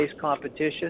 competition